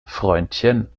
freundchen